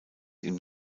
ihm